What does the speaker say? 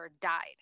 died